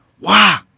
wow